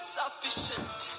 sufficient